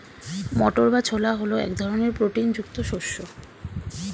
মটর বা ছোলা হল এক ধরনের প্রোটিন যুক্ত শস্য